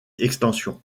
extensions